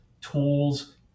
tools